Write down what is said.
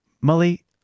Molly